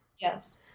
Yes